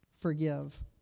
forgive